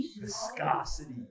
viscosity